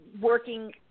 working